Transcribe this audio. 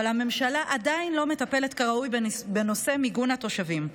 אבל הממשלה עדיין לא מטפלת כראוי בנושא מיגון התושבים.